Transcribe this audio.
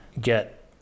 get